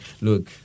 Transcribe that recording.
look